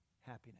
happiness